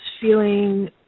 feeling